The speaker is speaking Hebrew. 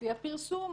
לפי הפרסום,